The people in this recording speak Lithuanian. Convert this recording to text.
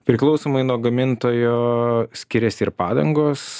priklausomai nuo gamintojo skiriasi ir padangos